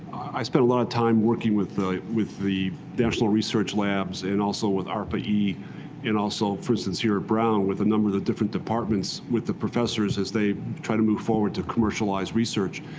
i spend a lot of time working with the with the national research labs and also with arpa-e, and also, for instance here at brown with a number of the different departments, with the professors as they try to move forward to commercialize research.